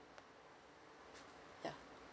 ya